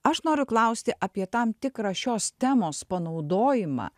aš noriu klausti apie tam tikrą šios temos panaudojimą